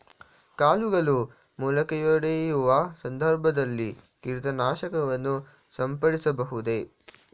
ಕಾಳುಗಳು ಮೊಳಕೆಯೊಡೆಯುವ ಸಂದರ್ಭದಲ್ಲಿ ಕೀಟನಾಶಕವನ್ನು ಸಿಂಪಡಿಸಬಹುದೇ?